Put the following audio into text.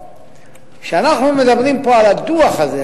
כאשר אנחנו מדברים על הדוח הזה,